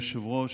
אדוני היושב-ראש,